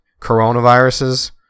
coronaviruses